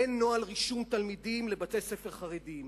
אין נוהל רישום תלמידים לבתי-ספר חרדיים.